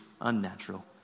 unnatural